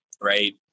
Right